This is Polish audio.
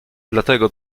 dlatego